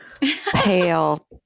pale